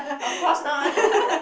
of course not